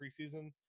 preseason